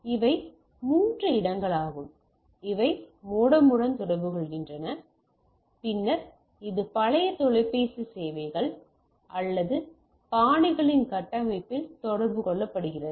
இவை மூன்று இடங்களாகும் இவை மோடமுடன் தொடர்புகொள்கின்றன பின்னர் இது பழைய தொலைபேசி சேவைகள் அல்லது பானைகளின் கட்டமைப்பில் தொடர்பு கொள்ளப்படுகிறது